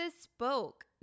spoke